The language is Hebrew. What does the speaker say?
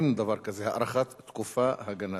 אין דבר כזה "הארכת תקופה הגנה".